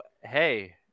hey